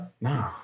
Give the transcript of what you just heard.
No